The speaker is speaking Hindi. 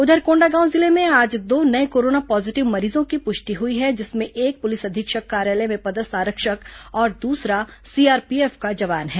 उधर कोंडागांव जिले में आज दो नये कोरोना पॉजीटिव मरीजों की पुष्टि हुई है जिसमें एक पुलिस अधीक्षक कार्यालय में पदस्थ आरक्षक और दूसरा सीआरपीएफ का जवान है